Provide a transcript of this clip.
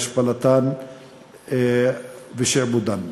השפלתן ושעבודן.